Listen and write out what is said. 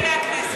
דברי הכנסת,